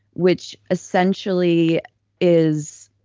which essentially is,